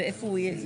איפה הוא יהיה?